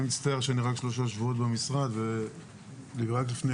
אני מצטער שאני רק 3 שבועות במשרד ורק לפני